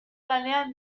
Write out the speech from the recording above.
lanean